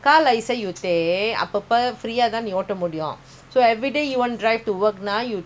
எனக்கே:enakkee parking காசுகட்டணும்:kaasu kattanum